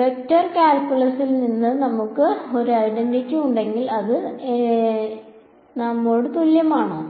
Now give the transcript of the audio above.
vector കാൽക്കുലസിൽ നിന്ന് നമുക്ക് ഒരു ഐഡന്റിറ്റി ഉണ്ടെങ്കിൽ അത് നമ്മോട് തുല്യമാണോ